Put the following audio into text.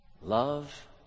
Love